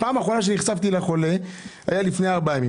פעם אחרונה שנחשפתי לחולה היה לפני ארבעה ימים.